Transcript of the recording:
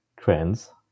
trends